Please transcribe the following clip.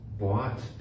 bought